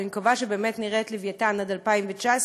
ואני מקווה שבאמת נראה את "לווייתן" עד 2019,